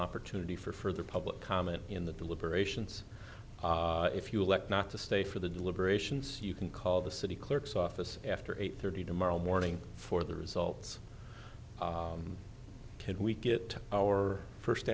opportunity for further public comment in the deliberations if you elect not to stay for the deliberations you can call the city clerk's office after eight thirty tomorrow morning for the results can we get our first